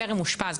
טרם אושפז,